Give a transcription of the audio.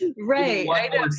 Right